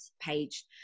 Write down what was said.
page